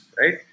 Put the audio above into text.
right